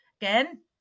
again